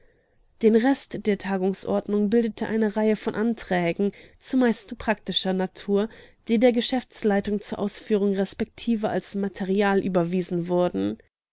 den rest der tagesordnung bildete eine reihe von anträgen zumeist praktischer natur die der geschäftsleitung zur ausführung resp als material überwiesen wurden